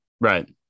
Right